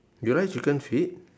you like chicken feet